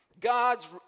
God's